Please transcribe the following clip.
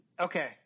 Okay